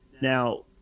Now